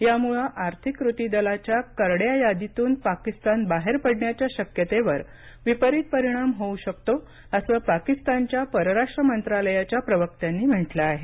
यामुळे आर्थिक कृती दलाच्या करड्या यादीतून पाकिस्तान बाहेर पडण्याच्या शक्यतेवर विपरित होऊ शकतो असं पाकिस्तानच्या परराष्ट्र मंत्रालयाच्या प्रवक्त्यांनी म्हटलं आहे